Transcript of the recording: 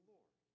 Lord